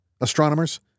astronomers